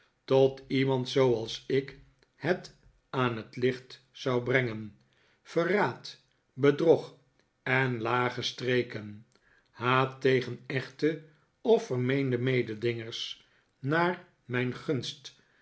tot iemand zooals ik het aan het licht zou brengen verraad bedrog en lage streken haat tegen echte of vermeende mededingers naar mijn gunst